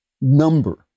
number